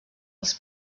els